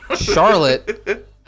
Charlotte